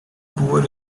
poor